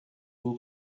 who